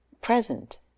present